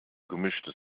gemischtes